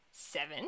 Seven